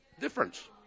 Difference